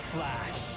Flash